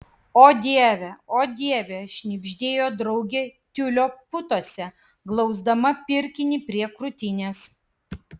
o dieve o dieve šnibždėjo draugė tiulio putose glausdama pirkinį prie krūtinės